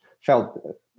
felt